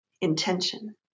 intention